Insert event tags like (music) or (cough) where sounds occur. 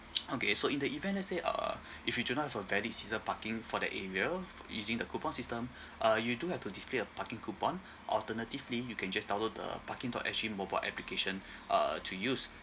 (noise) okay so in the even let's say uh if you do not have a valid season parking for that area using the coupon system (breath) uh you do have to display a parking coupon alternatively you can just download the parking dot S G mobile application uh to use